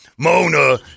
Mona